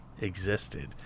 existed